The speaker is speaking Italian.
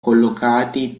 collocati